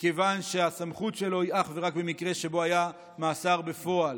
מכיוון שהסמכות שלו היא אך ורק במקרה שבו היה מאסר בפועל.